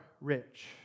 rich